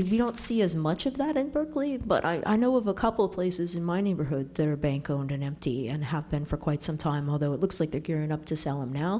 if you don't see as much of that in berkeley but i know of a couple places in my neighborhood there are bank owned an empty and happen for quite some time although it looks like they're gearing up to sell it now